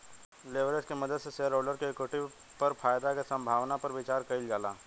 leverage के मदद से शेयरहोल्डर्स के इक्विटी पर फायदा के संभावना पर विचार कइल जाला